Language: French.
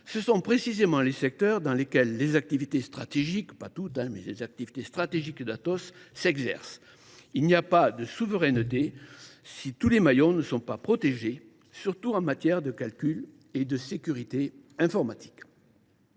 Ce sont précisément les secteurs dans lesquels les activités stratégiques d’Atos s’exercent ! Il n’y a pas de souveraineté si tous les maillons ne sont pas protégés, surtout en matière de calcul et de sécurité informatique.